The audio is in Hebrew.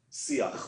שיח.